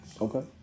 Okay